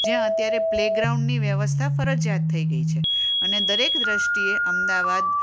જ્યાં અત્યારે પ્લે ગ્રાઉન્ડની વ્યવસ્થા ફરજિયાત થઈ ગઈ છે અને દરેક દૃષ્ટિએ અમદાવાદ